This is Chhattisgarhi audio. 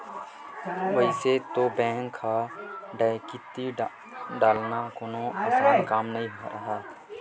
वइसे तो बेंक म डकैती डालना कोनो असान काम नइ राहय